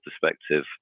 perspective